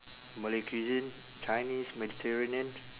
malay cuisine chinese mediterranean